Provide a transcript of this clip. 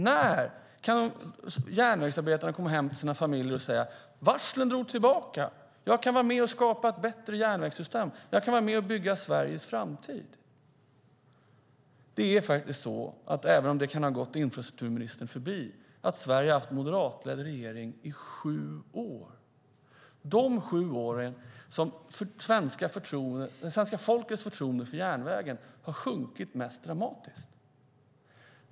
När kan järnvägsarbetare komma hem till sina familjer och säga: Varslen drogs tillbaka, jag kan vara med och skapa ett bättre järnvägssystem, jag kan vara med och bygga Sveriges framtid? Även om det kan ha gått infrastrukturministern förbi har Sverige haft en moderatledd regering i sju år. De sju åren har svenska folkets förtroende för järnvägen sjunkit dramatiskt.